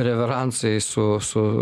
reveransai su su